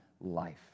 life